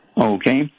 Okay